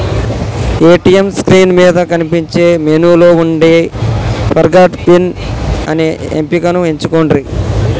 ATM screen మీద కనిపించే మెనూలో వుండే ఫర్గాట్ పిన్ అనే ఎంపికను ఎంచుకొండ్రి